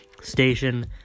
station